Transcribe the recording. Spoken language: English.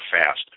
fast